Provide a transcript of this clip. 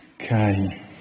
okay